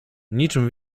niczym